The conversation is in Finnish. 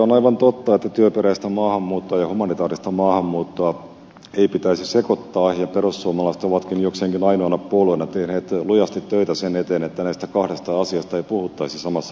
on aivan totta että työperäistä maahanmuuttoa ja humanitaarista maahanmuuttoa ei pitäisi sekoittaa ja perussuomalaiset ovatkin jokseenkin ainoana puolueena tehneet lujasti töitä sen eteen että näistä kahdesta asiasta ei puhuttaisi samassa lauseessa